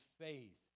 faith